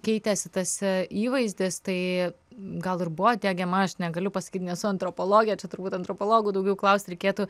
keitėsi tas įvaizdis tai gal ir buvo diegiama aš negaliu pasakyt nesu antropologė čia turbūt antropologų daugiau klaust reikėtų